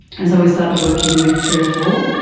and so we started working with three or four,